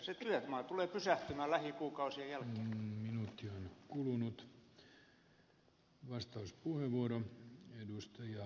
se työmaa tulee pysähtymään lähikuukausien jälkeen